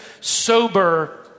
sober